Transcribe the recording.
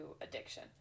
addiction